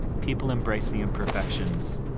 people embrace the imperfections.